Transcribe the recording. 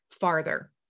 farther